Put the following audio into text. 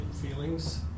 feelings